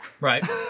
Right